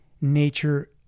nature